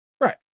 right